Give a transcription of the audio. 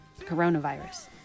coronavirus